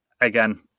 again